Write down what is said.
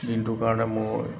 দিনটোৰ কাৰণে মোৰ